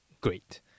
great